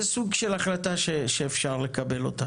זה סוג של החלטה שאפשר לקבל.